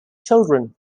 children